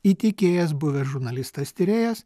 įtikėjęs buvęs žurnalistas tyrėjas